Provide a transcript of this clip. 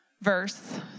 verse